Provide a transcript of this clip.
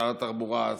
שר התחבורה,